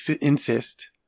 insist